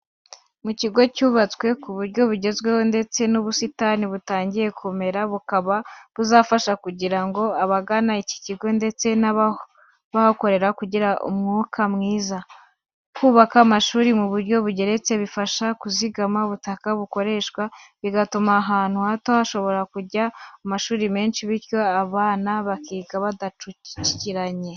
Mu kigo cyubatswe ku buryo bugezweho, ndetse n'ubusitani butangiye kumera bukaba buzafasha kugira ngo abagana iki kigo ndetse n'abahakorera kugira umwuka mwiza. Kubaka amashuri mu buryo bugeretse bifasha kuzigama ubutaka bukoreshwa, bigatuma ahantu hato hashobora kujya amashuri menshi, bityo abana bakiga badacucikiranye.